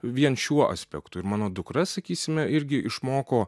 vien šiuo aspektu ir mano dukra sakysime irgi išmoko